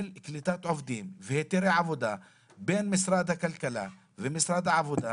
קליטת עובדים והיתרי עבודה בין משרד הכלכלה ומשרד העבודה,